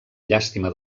llàstima